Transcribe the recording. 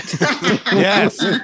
yes